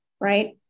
Right